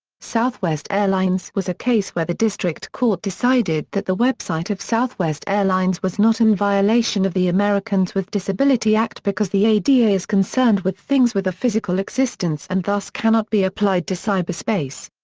southwest airlines was a case where the district court decided that the website of southwest airlines was not in violation of the americans with disability act because the ada is concerned with things with a physical existence and thus cannot be applied to cyberspace.